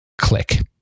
click